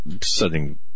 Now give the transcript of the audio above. setting